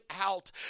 out